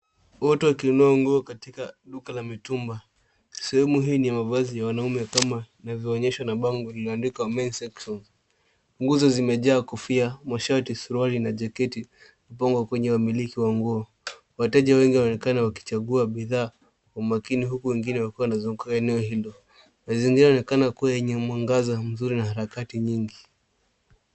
Watu wakinunua nguo katika duka la mitumba. Sehemu hii ni ya mavazi ya wanaume kama inavyoonyeshwa na bango lililoandikwa Men's Section . Nguo hizo zimejaa kofia, mashati, suruali na jaketi mpango wa kuja miliki wa nguo. Wateja wengi wanaonekana wakichagua bidhaa kwa makini huku wengine wakiwa wanazunguka eneo hilo. Mazingira yanaonekana kuwa yenye mwangaza mzuri na harakati nyingi.